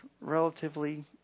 relatively